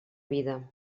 vida